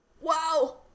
Wow